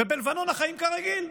ובלבנון החיים כרגיל.